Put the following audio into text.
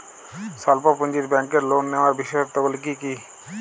স্বল্প পুঁজির ব্যাংকের লোন নেওয়ার বিশেষত্বগুলি কী কী?